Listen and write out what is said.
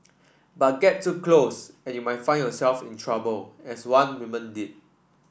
but get too close and you might find yourself in trouble as one woman did